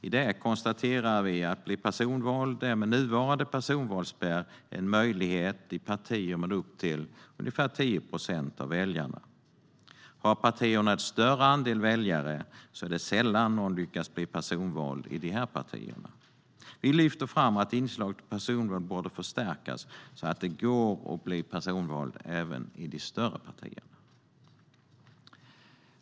I det konstaterar vi att det med nuvarande personvalsspärr finns en möjlighet att bli personvald i partier med upp till ungefär 10 procent av väljarna. Har partierna en större andel väljare är det sällan någon lyckas bli personvald i de partierna. Vi lyfter fram att inslaget av personval borde förstärkas så att det går att bli personvald även i de större partierna.